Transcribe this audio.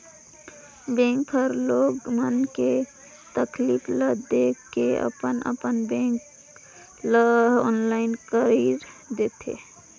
bank हर लोग मन के तकलीफ ल देख के अपन अपन बेंक ल आनलाईन कइर देथे